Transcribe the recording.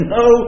no